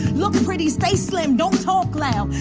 look pretty. stay slim. don't talk loud.